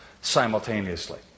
simultaneously